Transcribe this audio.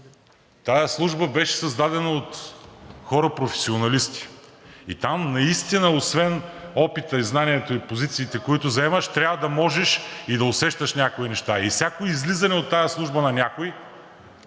тази служба беше създадена от хора професионалисти. Там наистина освен опита, знанието и позициите, които заемаш, трябва да можеш и да усещаш някои неща. Всяко излизане от тази служба на някого